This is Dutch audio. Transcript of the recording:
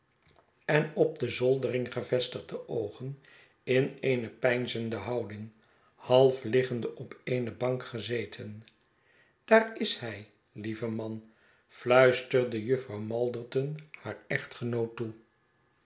en op de zoldering gevestigde oogen in eene peinzende houding half liggende op eene bank gezeten daar is hij lieve man fluisterde jufvrouw malderton haar echtgenoot toe